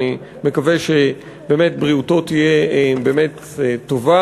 ואני מקווה שבריאותו תהיה טובה.